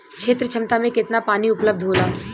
क्षेत्र क्षमता में केतना पानी उपलब्ध होला?